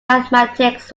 mathematics